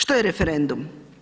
Što je referendum?